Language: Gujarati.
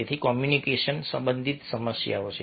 તેથી કોમ્યુનિકેશન સંબંધિત સમસ્યાઓ છે